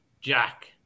jack